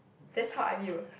that's how I knew